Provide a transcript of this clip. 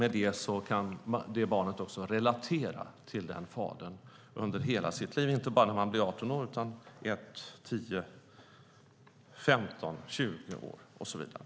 Därmed kan barnet också relatera till fadern under hela sitt liv, inte bara när det blir 18 år utan när det är 1, 10, 15, 20 år och så vidare.